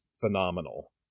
phenomenal